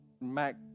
Mac